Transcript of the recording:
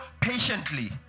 patiently